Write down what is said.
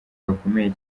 gakomeye